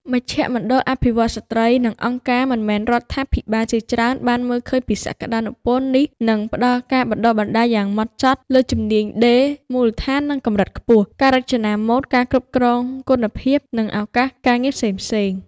មជ្ឈមណ្ឌលអភិវឌ្ឍន៍ស្ត្រី និងអង្គការមិនមែនរដ្ឋាភិបាលជាច្រើនបានមើលឃើញពីសក្តានុពលនេះ និងផ្តល់ការបណ្តុះបណ្តាលយ៉ាងហ្មត់ចត់លើ ជំនាញដេរមូលដ្ឋាន និងកម្រិតខ្ពស់ ការរចនាម៉ូដ ការគ្រប់គ្រងគុណភាព និងឱកាសការងារផ្សេងៗ។